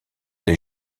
des